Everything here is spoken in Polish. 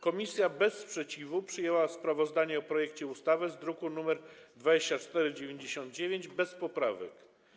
Komisja bez sprzeciwu przyjęła sprawozdanie o projekcie ustawy z druku nr 2499 bez poprawek.